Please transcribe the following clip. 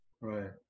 Right